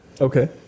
Okay